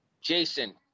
Jason